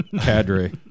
cadre